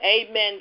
Amen